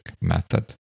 method